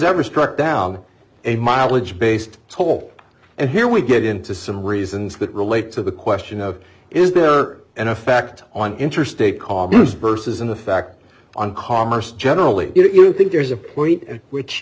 ever struck down a mileage based toll and here we get into some reasons that relate to the question of is there or an effect on interstate commerce versus an effect on commerce generally if you think there's a point at which